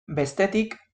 bestetik